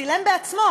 צילם בעצמו,